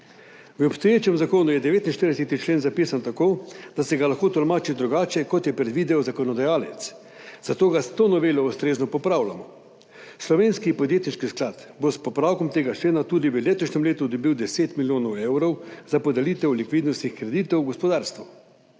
V obstoječem zakonu je 49. člen zapisan tako, da se ga lahko tolmači drugače, kot je predvideval zakonodajalec, zato ga s to novelo ustrezno popravljamo. Slovenski podjetniški sklad bo s popravkom tega člena tudi v letošnjem letu dobil 10 milijonov evrov za podelitev likvidnostnih kreditov gospodarstvu.